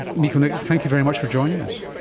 mikael knip, thank you very much for joining us.